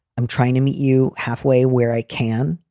i'm trying to meet you halfway where i can.